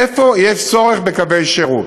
איפה יש צורך בקווי שירות.